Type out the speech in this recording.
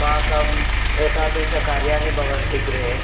पाकम् एतादृश कार्याणि भवन्ति गृहे